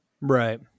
Right